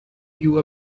you